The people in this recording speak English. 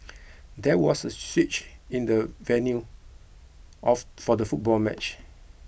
there was a switch in the venue of for the football match